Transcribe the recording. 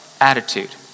attitude